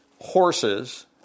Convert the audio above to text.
horses